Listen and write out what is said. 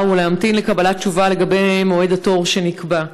ולהמתין לקבלת תשובה לגבי מועד התור שנקבע.